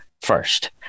first